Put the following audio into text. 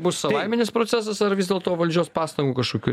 bus savaiminis procesas ar vis dėlto valdžios pastangų kažkokių